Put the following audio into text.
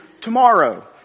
tomorrow